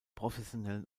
professionellen